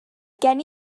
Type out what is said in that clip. gen